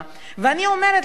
אני אומרת לכם,